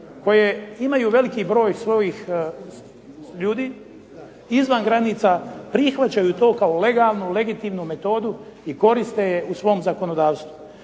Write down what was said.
koje imaju veliki broj svojih ljudi izvan granica prihvaćaju to kao legalnu i legitimnu metodu i koriste je u svom zakonodavstvu.